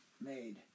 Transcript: made